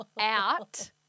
Out